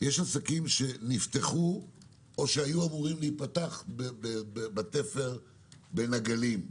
שנפתחו או שהיו אמורים להיפתח בתפר בין הגלים.